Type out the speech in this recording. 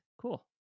Cool